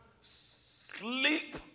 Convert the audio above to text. sleep